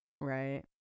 Right